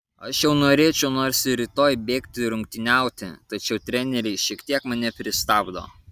aš jau norėčiau nors ir rytoj bėgti rungtyniauti tačiau treneriai šiek tiek mane pristabdo